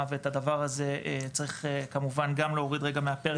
ואת הדבר הזה צריך כמובן גם להוריד רגע מהפרק.